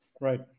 Right